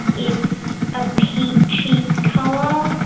it's a peachy colour,